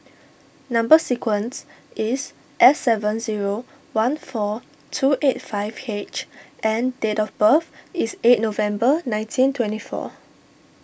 Number Sequence is S seven zero one four two eight five H and date of birth is eight November nineteen twenty four